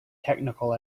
technical